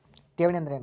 ಠೇವಣಿ ಅಂದ್ರೇನು?